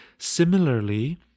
similarly